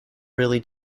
really